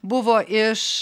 buvo iš